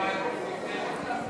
למה לא לאחד את סעיף 14 עם סעיף 16?